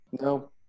No